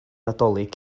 nadolig